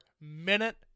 minute